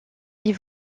ils